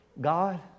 God